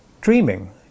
dreaming